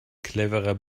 cleverer